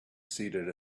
seated